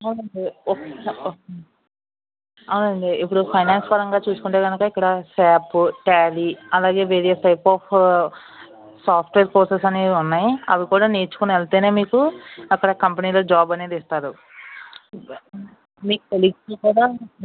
అవునండి అవునండి ఇప్పుడు ఫైనాన్స్ పరంగా చూసుకుంటే గనుక ఇక్కడ శాప్ ట్యాలీ అలాగే various type of software courses అనేవి ఉన్నాయి అవి కూడా నేర్చుకుని వెళ్తేనే మీకు అక్కడ కంపెనీలో జాబ్ అనేది ఇస్తారు మీ కొలిగ్స్లో కూడా